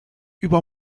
über